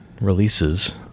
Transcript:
Releases